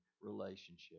relationship